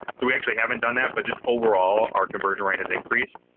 so we actually haven't done that, but just overall, our conversion rate has increased,